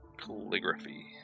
Calligraphy